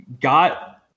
got